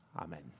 Amen